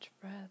breath